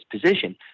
position